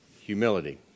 humility